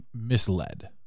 misled